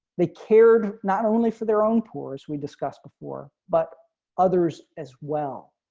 they cared not only for their own poor as we discussed before, but others as well.